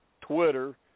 Twitter